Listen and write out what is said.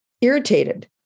Irritated